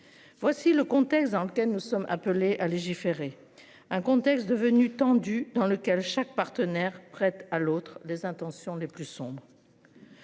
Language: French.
Voici le contexte dans lequel nous sommes appelés à légiférer. Un contexte devenue tendue dans lequel chaque partenaire prête à l'autre les intentions, les plus sombres.